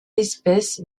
espèce